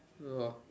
orh